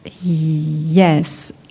Yes